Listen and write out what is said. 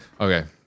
Okay